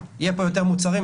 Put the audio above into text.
יהיו פה יותר מוצרים,